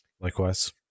Likewise